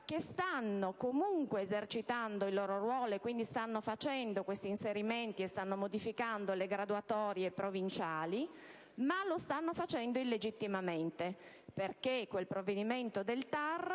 che stanno comunque esercitando il loro ruolo facendo gli inserimenti e modificando le graduatorie provinciali. Tuttavia, lo stanno facendo illegittimamente, perché quel provvedimento del TAR